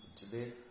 today